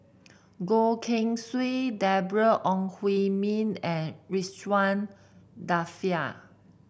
Goh Keng Swee Deborah Ong Hui Min and Ridzwan Dzafir